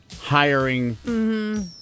Hiring